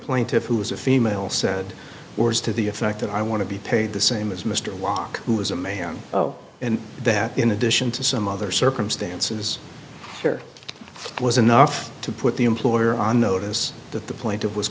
plaintiffs who is a female said words to the effect that i want to be paid the same as mr walker who is a man oh and that in addition to some other circumstances here was enough to put the employer on notice that the point of was